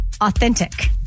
authentic